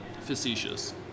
facetious